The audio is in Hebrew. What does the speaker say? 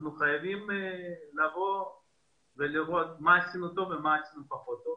אנחנו חייבים לראות מה עשינו טוב ומה עשינו פחות טוב